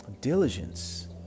diligence